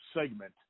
segment